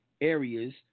areas